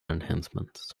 enhancements